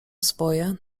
swoje